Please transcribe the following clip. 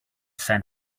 san